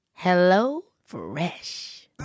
HelloFresh